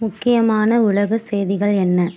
முக்கியமான உலக செய்திகள் என்ன